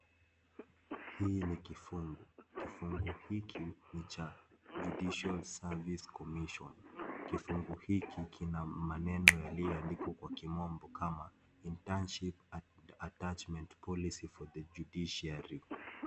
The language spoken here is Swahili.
Hii ni kifungu , kifungu hiki ni cha judicial service commission kifungu hiki kina maneno yalio andikwa kwa kimombo kama internship attachment policy for the judiciary .